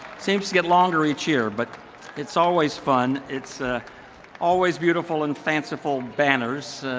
seems to get longer each year. but it's always fun. it's always beautiful and fanciful banners.